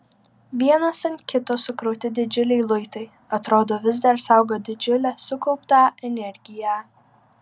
vienas ant kito sukrauti didžiuliai luitai atrodo vis dar saugo didžiulę sukauptą energiją